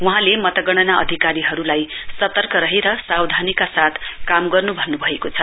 वहाँले मतगणना अधिकारीहरुलाई सतर्क रहेर सावधानीका साथ काम गर्न् भन्न्भएको छ